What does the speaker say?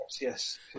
yes